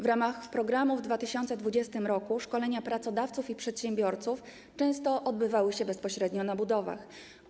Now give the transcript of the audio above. W ramach realizacji programów w 2020 r. szkolenia pracodawców i przedsiębiorców często odbywały się bezpośrednio na budowach.